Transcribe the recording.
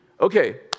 Okay